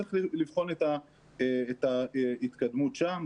וצריך לבחון את ההתקדמות שם.